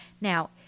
Now